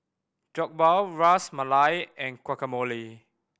Jokbal Ras Malai and Guacamole